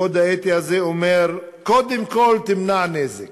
הקוד האתי הזה אומר: קודם כול, תמנע נזק,